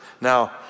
Now